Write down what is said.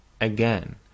Again